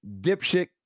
dipshit